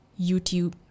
YouTube